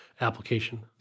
application